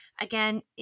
Again